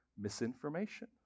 misinformation